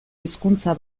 hizkuntza